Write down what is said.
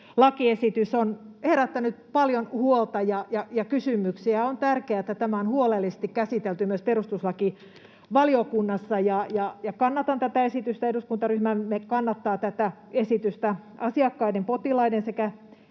lakiesitys on herättänyt paljon huolta ja kysymyksiä, ja on tärkeää, että tämä on huolellisesti käsitelty myös perustuslakivaliokunnassa. Kannatan tätä esitystä, ja eduskuntaryhmämme kannattaa tätä esitystä. Asiakkaiden, potilaiden sekä